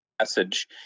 message